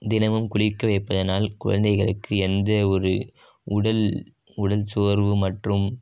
தினமும் குளிக்க வைப்பதனால் குழந்தைகளுக்கு எந்த ஒரு உடல் உடல் சோர்வு மற்றும்